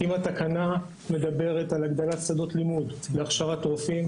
אם התקנה מדברת על הגדלת שדות לימוד בהכשרת רופאים,